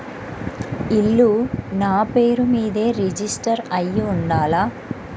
ఇల్లు నాపేరు మీదే రిజిస్టర్ అయ్యి ఉండాల?